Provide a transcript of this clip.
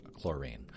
chlorine